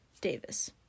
Davis